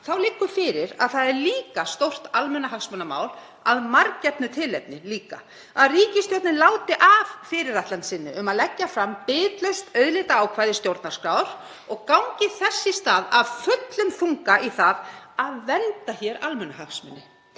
þá liggur fyrir að það er líka stórt almannahagsmunamál, að marggefnu tilefni, að ríkisstjórnin láti af fyrirætlan sinni um að leggja fram bitlaust auðlindaákvæði stjórnarskrár og gangi þess í stað af fullum þunga í það að vernda almannahagsmuni,